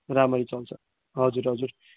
राम्ररी चल्छ हजुर हजुर